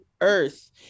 earth